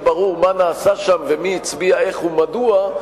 ברור מה נעשה שם ומי הצביע איך ומדוע.